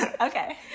okay